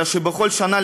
אלא שבכל שנה,